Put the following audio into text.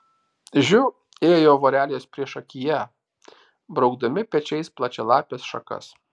žiu ėjo vorelės priešakyje braukdami pečiais plačialapes šakas